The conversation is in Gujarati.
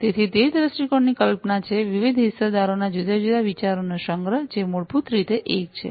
તેથી તે દૃષ્ટિકોણની કલ્પના છે વિવિધ હિસ્સેદારોના જુદા જુદા વિચારોનો સંગ્રહ જે મૂળભૂત રીતે એક છે